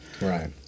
Right